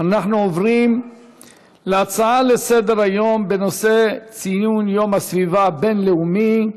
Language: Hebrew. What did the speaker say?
נעבור להצעות לסדר-היום בנושא: ציון יום הסביבה הבין-לאומי,